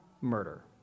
murder